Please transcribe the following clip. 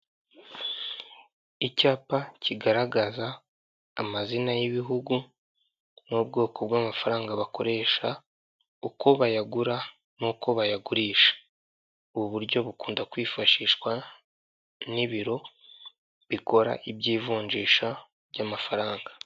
Icyapa kigaragaza amazina y'ibihugu n'ubwoko bw'amafaranga bakoresha, uko bayagura n'uko bayagurisha, ubu buryo bukunda kwifashishwa n'ibiro bikora iby'ivunjisha ry'amafaranga.